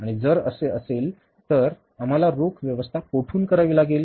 आणि जर असे असेल तर आम्हाला रोख व्यवस्था कोठून करावी लागेल